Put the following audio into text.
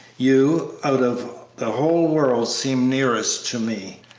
you, out of the whole world, seem nearest to me.